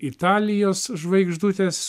italijos žvaigždutės